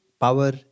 power